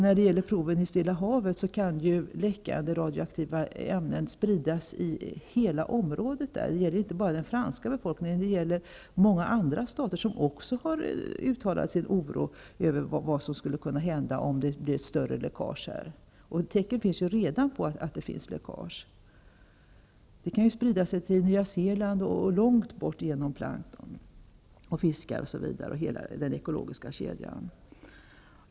När det gäller proven i Stilla Havet kan läckande radioaktiva ämnen spridas i hela området. Det gäller inte bara den franska befolkningen. Det är många andra stater som också har uttalat sin oro över vad som skulle kunna hända om det blir ett större läckage. Tecken finns redan på att det förekommer läckage. Radioaktiva ämnen kan spridas till Nya Zeeland och längre bort, genom plankton, fiskar och genom hela den ekologiska kedjan.